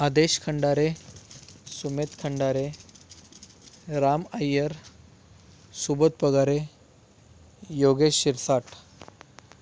आदेश खंडारे सुमित खंडारे राम अय्यर सुबोध पगारे योगेश शिरसाट